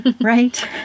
Right